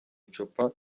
icupa